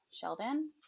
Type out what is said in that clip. Sheldon